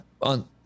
on